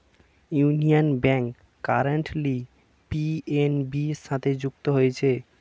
union Bank currently PNB সাথে যুক্ত হয়েছে